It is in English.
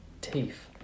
teeth